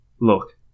Look